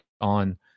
on